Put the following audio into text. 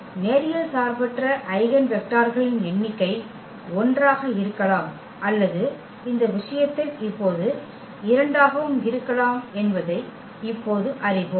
ஆகவே நேரியல் சார்பற்ற ஐகென் வெக்டர்களின் எண்ணிக்கை 1 ஆக இருக்கலாம் அல்லது இந்த விஷயத்தில் இப்போது 2 ஆகவும் இருக்கலாம் என்பதை இப்போது அறிவோம்